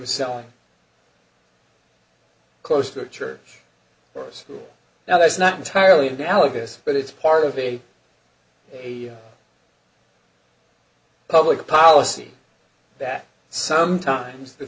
was selling close to a church or school now that's not entirely analogous but it's part of a a public policy that sometimes the